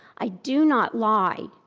i do not lie.